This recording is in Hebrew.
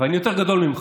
אבל אני יותר גדול ממך.